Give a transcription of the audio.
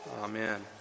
amen